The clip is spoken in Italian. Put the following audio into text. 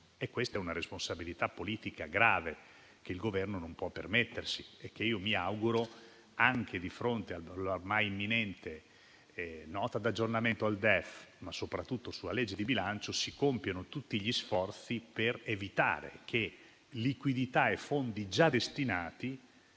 Questa è una responsabilità politica grave, che il Governo non può permettersi. Mi auguro che, anche di fronte all'ormai imminente nota d'aggiornamento al DEF, ma soprattutto con la legge di bilancio, si compiano tutti gli sforzi per evitare che liquidità e fondi già destinati